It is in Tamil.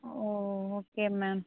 O okay ma'am